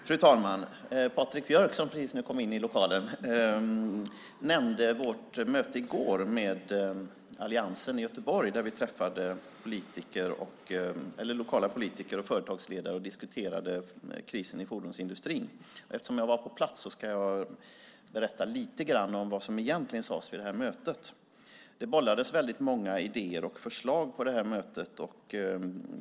Fru talman! Patrik Björck nämnde vårt möte i går med alliansen i Göteborg då vi träffade lokala politiker och företagsledare och diskuterade krisen i fordonsindustrin. Eftersom jag var på plats ska jag berätta lite grann om vad som egentligen sades vid detta möte. Det bollades många idéer och förslag på mötet.